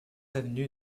avenue